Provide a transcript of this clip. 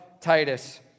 Titus